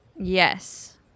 Yes